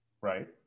right